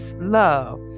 love